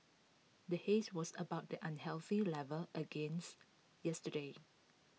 the haze was above the unhealthy level again yesterday